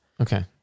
Okay